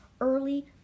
early